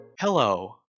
Hello